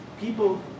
people